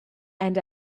and